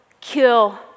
kill